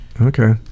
Okay